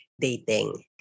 dating